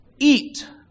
Eat